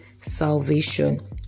salvation